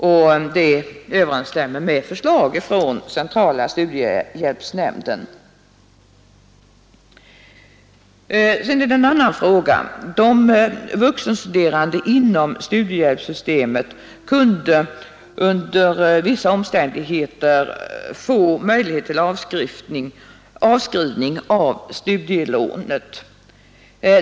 Detta överensstämmer med förslag från centrala studiehjälpsnämnden. De vuxenstuderande inom studiehjälpssystemet har vidare under vissa omständigheter haft möjlighet till avskrivning av studielån.